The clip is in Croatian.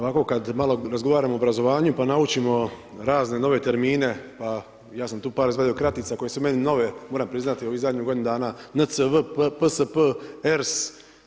Ovako kad malo razgovaramo o obrazovanju pa naučimo razne nove termine, pa ja sam tu izveo kratica koje su meni nove moram priznati ovih zadnjih godinu dana NCV, PSP, ERS.